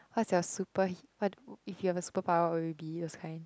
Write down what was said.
what's your super he~ what if you have a superpower what will you be those kind